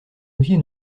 outil